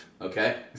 okay